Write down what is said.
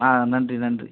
ஆ நன்றி நன்றி